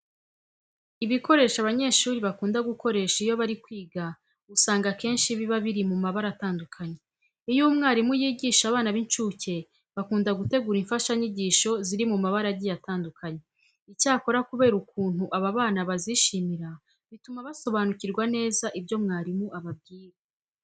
Ibikoresho abanyeshuri bakunda gukoresha iyo bari kwiga usanga akenshi biba biri mu mabara atandukanye. Iyo umwarimu yigisha abana b'incuke bakunda gutegura imfashanyigisho ziri mu mabara agiye atandukanye. Icyakora kubera ukuntu aba bana bazishimira, bituma basobanukirwa neza ibyo mwarimu ababwira.